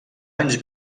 anys